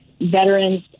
veterans